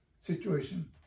situation